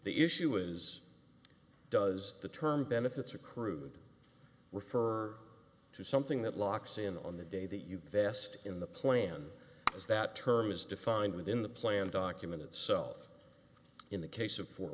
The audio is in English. the issue is does the term benefits accrued refer to something that locks in on the day that you vested in the plan is that term is defined within the plan document itself in the case of fort